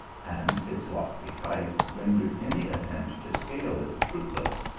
and its lofty height rendered any attempt to scale it fruitless.